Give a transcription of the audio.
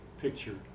picture